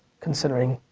considering,